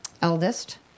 eldest